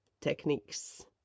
techniques